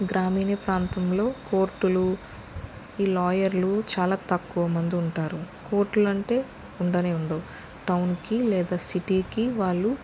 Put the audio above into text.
గ్రామీణ ప్రాంతంలో కోర్టులు ఈ లాయర్లు చాలా తక్కువ మంది ఉంటారు కోర్టులు అంటే ఉండనే ఉండవు టౌన్కి లేదా సిటీకి వాళ్ళు